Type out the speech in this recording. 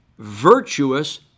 virtuous